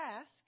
ask